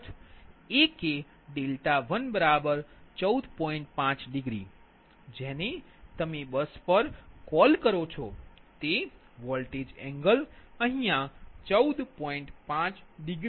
5 જેને તમે બસ પર કોલ કરો છો તે વોલ્ટેજ એંગલ 14